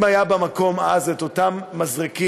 אם היה באותו מקום אז את אותם מזרקים,